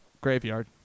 Graveyard